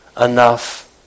enough